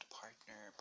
partner